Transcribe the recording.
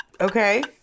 Okay